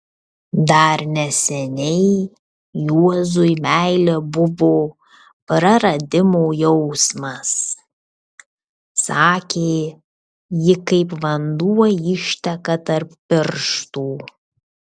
dar neseniai juozui meilė buvo praradimo jausmas sakė ji kaip vanduo išteka tarp pirštų